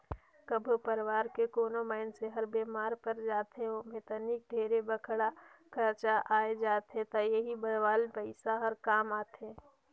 कभो परवार के कोनो मइनसे हर बेमार पर जाथे ओम्हे तनिक ढेरे बड़खा खरचा आये जाथे त एही बचाल पइसा हर काम आथे